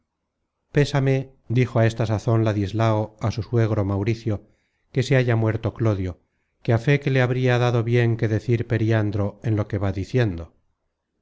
pésame dijo a esta sazon ladislao á su suegro mauricio que se haya muerto clodio que á fe que le habria dado bien que decir periandro en lo que va diciendo